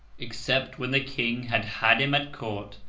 except when the king had had him at court,